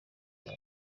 bayo